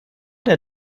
der